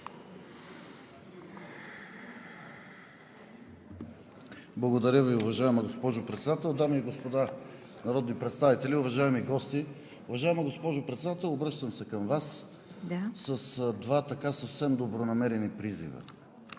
Благодаря Ви, уважаема госпожо Председател. Дами и господа народни представители, уважаеми гости! Уважаема госпожо Председател, обръщам се към Вас с два съвсем добронамерени призива.